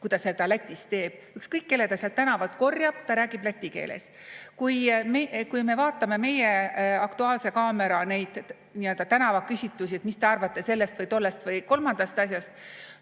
kui ta seda Lätis teeb. Ükskõik, kelle ta sealt tänavalt korjab, ta räägib läti keeles. Kui aga vaatame meie "Aktuaalse kaamera" tänavaküsitlusi, et mis te arvate sellest või tollest või kolmandast asjast